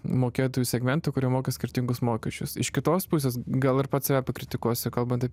mokėtojų segmentų kurie moka skirtingus mokesčius iš kitos pusės gal ir pats save pakritikuosiu kalbant apie